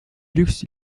luxe